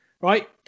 right